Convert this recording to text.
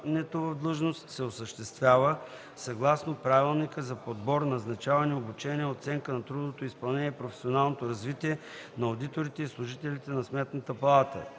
в длъжност се осъществява съгласно правилника за подбор, назначаване, обучение, оценка на трудовото изпълнение и професионалното развитие на одиторите и служителите на Сметната палата.